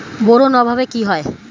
Boron অভাবে কি হয়?